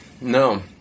no